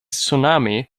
tsunami